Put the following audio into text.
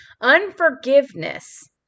Unforgiveness